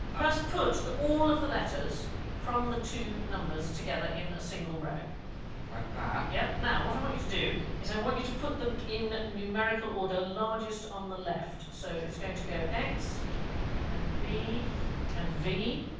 first put all of the letters from the two numbers together in a single row like that. yeah. now what i want you to do is i want you to put them in numerical order largest on the left so it's going to go x and v and v.